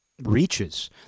reaches